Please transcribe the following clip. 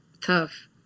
tough